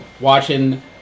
watching